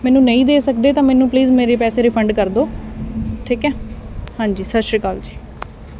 ਮੈਨੂੰ ਨਹੀਂ ਦੇ ਸਕਦੇ ਤਾਂ ਮੈਨੂੰ ਪਲੀਜ਼ ਮੇਰੇ ਪੈਸੇ ਰਿਫੰਡ ਕਰ ਦਿਉ ਠੀਕ ਹੈ ਹਾਂਜੀ ਸਤਿ ਸ਼੍ਰੀ ਅਕਾਲ ਜੀ